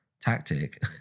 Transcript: tactic